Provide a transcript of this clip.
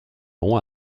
nom